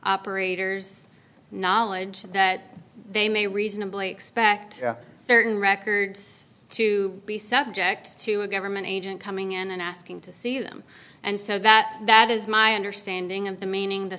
operators knowledge that they may reasonably expect certain records to be subject to a government agent coming in and asking to see them and so that that is my understanding of the meaning the